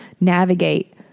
navigate